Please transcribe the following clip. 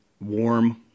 warm